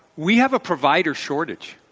we have a provider shortage.